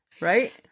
right